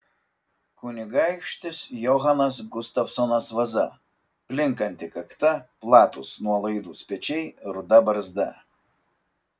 kunigaikštis johanas gustavsonas vaza plinkanti kakta platūs nuolaidūs pečiai ruda barzda